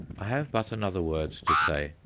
i have but another word to say.